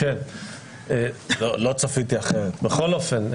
בכל אופן,